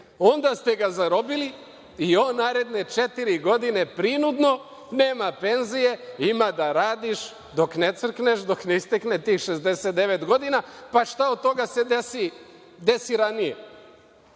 Onda ste ga zarobili i on naredne četiri godine prinudno nema penzije, ima da radiš dok ne crkneš, dok ne istekne tih 69 godina. Ovo što radite, radite